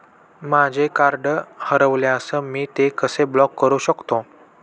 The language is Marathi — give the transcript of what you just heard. माझे कार्ड हरवल्यास मी ते कसे ब्लॉक करु शकतो?